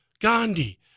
gandhi